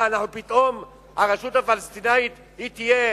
מה, פתאום הרשות הפלסטינית תהיה